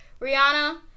Rihanna